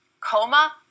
coma